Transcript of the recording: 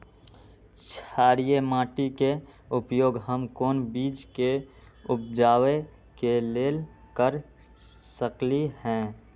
क्षारिये माटी के उपयोग हम कोन बीज के उपजाबे के लेल कर सकली ह?